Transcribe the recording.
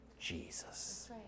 jesus